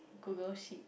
Google sheet